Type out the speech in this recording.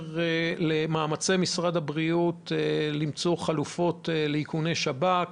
באשר למאמצי משרד הבריאות למצוא חלופות לאיכוני שב"כ